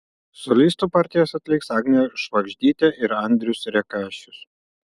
solistų partijas atliks agnė švagždytė ir andrius rekašius